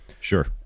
Sure